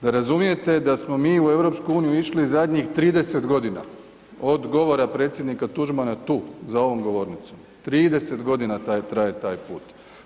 Da razumijete da smo mi u EU išli zadnjih 30 godina od govora predsjednika Tuđmana tu, za ovom govornicom, 30 godina traje taj put.